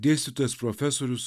dėstytojas profesorius